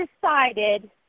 decided